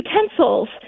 utensils